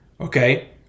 Okay